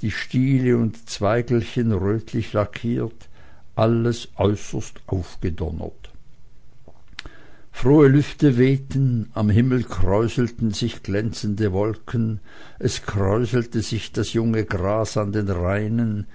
die stiele und zweigelchen rötlich lackiert alles äußerst aufgedonnert frohe lüfte wehten am himmel kräuselten sich glänzende wolken es kräuselte sich das junge gras an den rainen